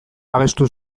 abestu